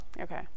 Okay